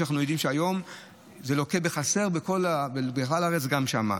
שאנחנו יודעים שהיום זה לוקה בחסר בכלל הארץ וגם שם.